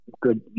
Good